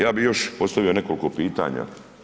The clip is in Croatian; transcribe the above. Ja bih još postavio nekoliko pitanja.